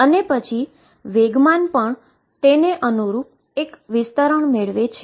અને પછી મોમેન્ટમનુ પણ તેને અનુરૂપ વિસ્તરણ મેળવે છે